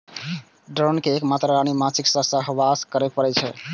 drone कें एक मात्र रानी माछीक संग सहवास करै पड़ै छै